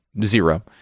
zero